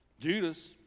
judas